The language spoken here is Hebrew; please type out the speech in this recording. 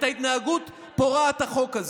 את ההתנהגות פורעת החוק הזו,